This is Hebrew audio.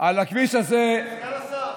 על הכביש הזה, סגן השר,